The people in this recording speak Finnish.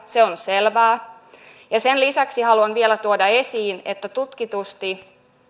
se on selvää ja sen lisäksi haluan vielä tuoda esiin että tutkitusti